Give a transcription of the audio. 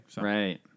Right